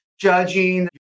judging